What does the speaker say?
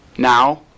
Now